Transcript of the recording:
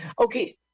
Okay